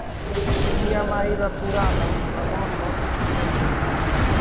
EMI रो पूरा नाम समान मासिक किस्त हुवै छै